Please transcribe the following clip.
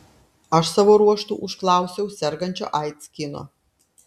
aš savo ruožtu užklausiau sergančio aids kino